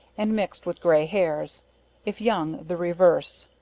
and mixed with grey hairs if young the reverse.